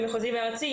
המחוזי והארצי,